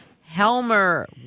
Helmer